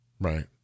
Right